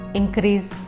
increase